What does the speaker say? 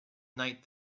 night